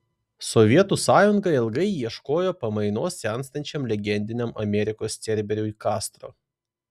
sovietų sąjunga ilgai ieškojo pamainos senstančiam legendiniam amerikos cerberiui kastro